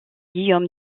guillaume